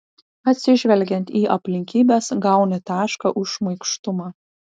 atsižvelgiant į aplinkybes gauni tašką už šmaikštumą